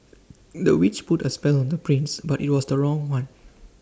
the witch put A spell on the prince but IT was the wrong one